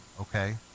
okay